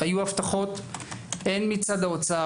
היו הבטחות הן מצד האוצר,